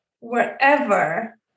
wherever